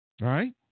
right